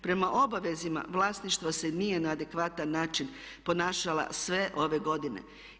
Prema obavezama vlasništvo se nije na adekvatan način ponašala sve ove godine.